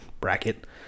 bracket